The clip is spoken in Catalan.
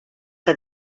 que